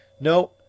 no—